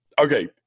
Okay